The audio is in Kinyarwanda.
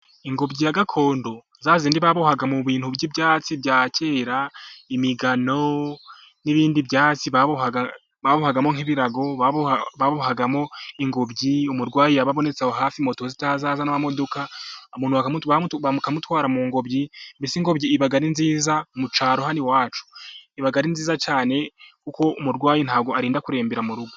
Ingobyi ya gakondo za zindi babohaga mu bintu by'ibyatsi bya kera imigano n'ibindi byatsi babagamo nk'ibirago, babohagamo ingobyi, umurwayi yaba abonetse aho hafi, moto zitari zaza n'amamodoka bakamutwara mu ngobyi, mbese ingobyi iba ari nziza mucyaro hano iwacu, iba ari nziza cyane kuko umurwayi ntabwo arinda kurembera murugo.